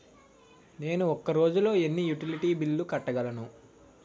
నేను ఒక రోజుల్లో ఎన్ని యుటిలిటీ బిల్లు కట్టగలను?